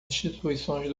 instituições